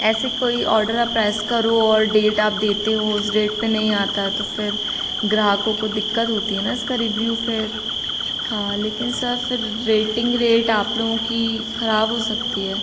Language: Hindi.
ऐसे कोई ऑर्डर आप प्रैस करो और डेट आप देते हो उस डेट पर नहीं आता है तो फ़िर ग्राहकों को दिक्कत होती है ना इसका रिव्यू फ़िर हाँ लेकिन सर फ़िर रेटिंग रेट आप लोगों की ख़राब हो सकती है